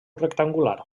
rectangular